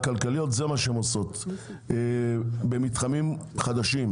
כלכליות זה מה שהן עושות במתחמים חדשים.